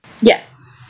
Yes